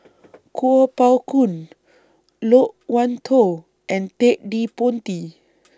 Kuo Pao Kun Loke Wan Tho and Ted De Ponti